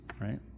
right